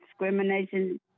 discrimination